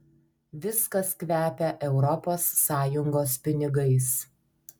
viskas kvepia europos sąjungos pinigais